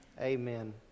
Amen